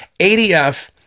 ADF